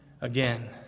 again